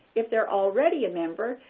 if they're already a member,